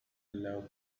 low